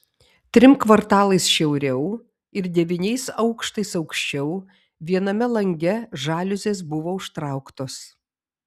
trim kvartalais šiauriau ir devyniais aukštais aukščiau viename lange žaliuzės buvo užtrauktos